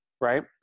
right